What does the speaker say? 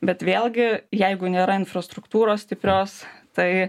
bet vėlgi jeigu nėra infrastruktūros stiprios tai